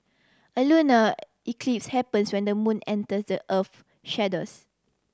a lunar eclipse happens when the moon enters the earth shadows